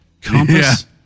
Compass